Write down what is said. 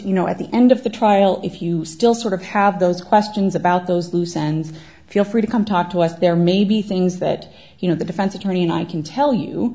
you know at the end of the trial if you still sort of have those questions about those loose and feel free to come talk to us there may be things that you know the defense attorney and i can tell you